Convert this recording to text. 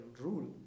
rule